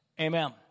Amen